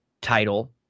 title